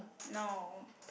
no